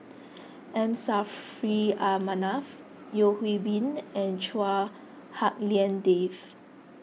M Saffri A Manaf Yeo Hwee Bin and Chua Hak Lien Dave